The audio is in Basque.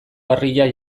harria